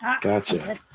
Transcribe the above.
Gotcha